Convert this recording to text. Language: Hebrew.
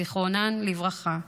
זיכרונן לברכה,